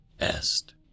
Est